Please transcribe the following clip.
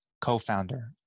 co-founder